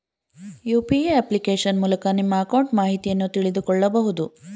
UPA application ಮೂಲಕ ನಿಮ್ಮ account ಮಾಹಿತಿಯನ್ನು ತಿಳಿದುಕೊಳ್ಳಬಹುದು